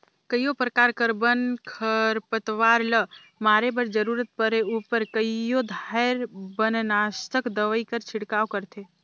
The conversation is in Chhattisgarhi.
कइयो परकार कर बन, खरपतवार ल मारे बर जरूरत परे उपर कइयो धाएर बननासक दवई कर छिड़काव करथे